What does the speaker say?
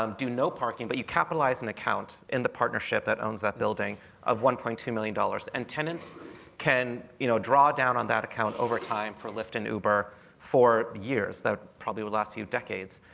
um do no parking, but you capitalize in accounts in the partnership that owns that building of one point two million dollars. and tenants can you know draw down on that account over time for lyft and uber for years that probably would last you decades.